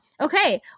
Okay